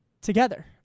together